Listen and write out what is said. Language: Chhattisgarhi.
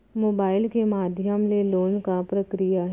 मोबाइल के माधयम ले लोन के का प्रक्रिया हे?